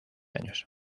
años